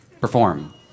Perform